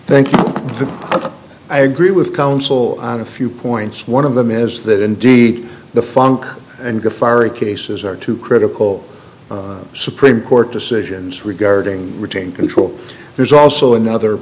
thank you i agree with counsel on a few points one of them is that indeed the funk and get fiery cases are two critical supreme court decisions regarding retain control there's also another